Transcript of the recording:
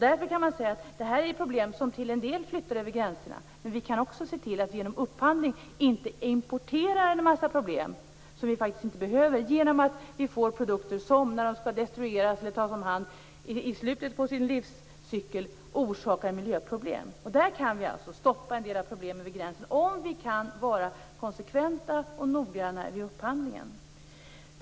Därför kan man säga att det här är problem som till en del flyttar över gränserna. Men vi kan också se till att vi genom upphandling inte importerar en massa problem, som vi faktiskt inte behöver ha, genom att vi får produkter som när de skall destrueras eller tas om hand i slutet av sin livscykel orsakar miljöproblem. Där kan vi alltså stoppa en del av problemen vid gränsen om vi kan vara konsekventa och noggranna vid upphandlingen.